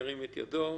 ירים את ידו.